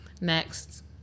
Next